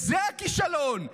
זה הכישלון.